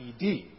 ED